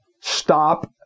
Stop